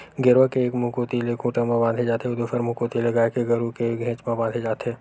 गेरवा के एक मुहूँ कोती ले खूंटा म बांधे जाथे अउ दूसर मुहूँ कोती ले गाय गरु के घेंच म बांधे जाथे